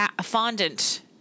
fondant